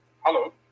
Hello